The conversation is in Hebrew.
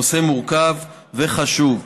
הנושא מורכב וחשוב,